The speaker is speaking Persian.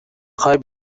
خوای